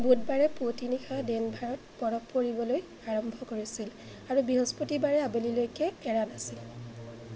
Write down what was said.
বুধবাৰে পুৱতি নিশা ডেনভাৰত বৰফ পৰিবলৈ আৰম্ভ কৰিছিল আৰু বৃহস্পতিবাৰে আবেলিলৈকে এৰা নাছিল